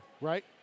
Right